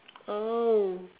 oh